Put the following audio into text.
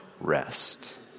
rest